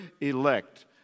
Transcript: elect